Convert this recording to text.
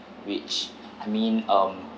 which I mean um